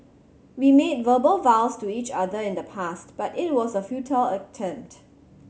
we made verbal vows to each other in the past but it was a futile attempt